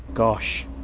gosh,